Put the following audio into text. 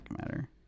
matter